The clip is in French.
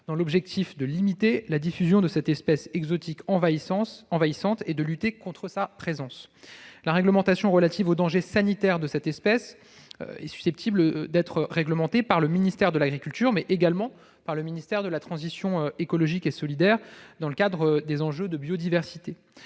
dans l'objectif de limiter la diffusion de cette espèce exotique envahissante et de lutter contre sa présence. Les dangers sanitaires auxquels expose cette espèce sont susceptibles d'être réglementés par le ministère de l'agriculture, mais également par le ministère de la transition écologique et solidaire dans le cadre des enjeux liés à la biodiversité.